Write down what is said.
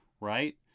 right